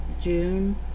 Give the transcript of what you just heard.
June